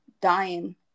dying